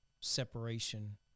separation